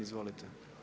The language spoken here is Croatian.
Izvolite.